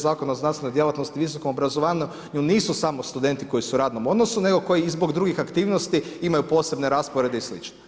Zakona o znanstvenoj djelatnosti visokom obrazovanju nisu samo studenti koji su u radnom odnosno nego koji i zbog drugih aktivnosti imaju posebne rasporede i sl.